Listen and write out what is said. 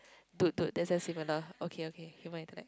to to that sounds similar okay okay human intellect